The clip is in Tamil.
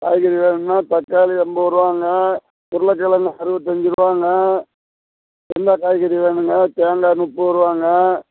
காய்கறி வேணும்ன்னா தக்காளி எண்பதுருவாங்க உருளைக்கெலங்கு அறுபத்தஞ்சிருவாங்க என்ன காய்கறி வேணுங்க தேங்காய் முப்பதுருபாங்க